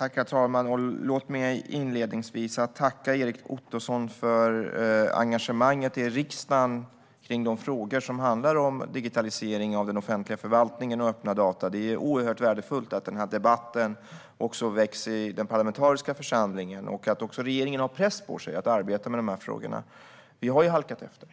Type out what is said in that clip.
Herr talman! Låt mig inledningsvis tacka Erik Ottoson för engagemanget i riksdagen i de frågor som handlar om digitalisering av den offentliga förvaltningen och öppna data. Det är oerhört värdefullt att den debatten väcks i den parlamentariska församlingen och att regeringen har press på sig att arbeta med de frågorna. Vi har halkat efter